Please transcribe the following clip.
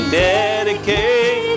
dedicate